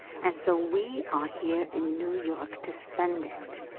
and so we are here in new york to spend it.